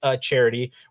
charity